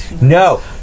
no